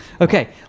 Okay